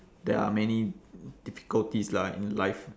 there are many difficulties lah in life